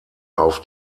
auf